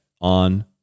on